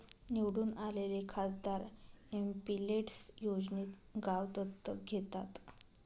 निवडून आलेले खासदार एमपिलेड्स योजनेत गाव दत्तक घेतात